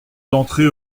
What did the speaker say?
d’entrée